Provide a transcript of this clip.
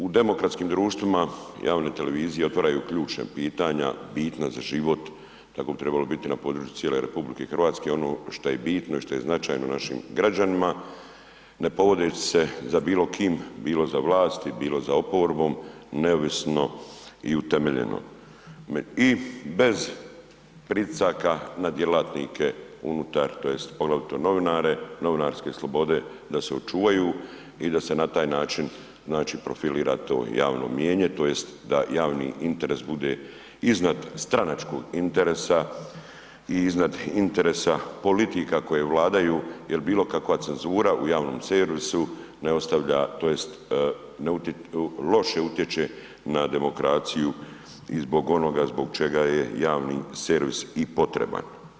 U demokratskim društvima javne televizije otvaraju ključna pitanja bitna za život, tako bi trebalo biti na području cijele RH, ono šta je bitno i šta je značajno našim građanima ne povodeći se za bilo kim, bilo za vlasti, bilo za oporbom, neovisno i utemeljeno i bez pritisaka na djelatnike unutar tj. poglavito novinare, novinarske slobode da se očuvaju i da se na taj način znači profilira to javno mijenje tj. da javni interes bude iznad stranačkog interesa i iznad interesa politika koje vladaju jel bilo kakva cenzura u javnom servisu ne ostavlja tj. loše utječe na demokraciju i zbog onoga zbog čega je javni servis i potreban.